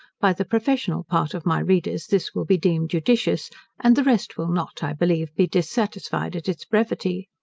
by the professional part of my readers this will be deemed judicious and the rest will not, i believe, be dissatisfied at its brevity.